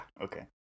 Okay